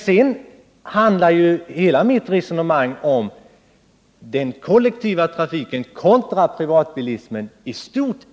Men hela mitt resonemang handlar om den kollektiva trafiken kontra privatbilismen i stort.